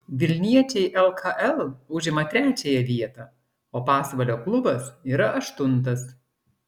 vilniečiai lkl užima trečiąją vietą o pasvalio klubas yra aštuntas